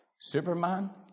Superman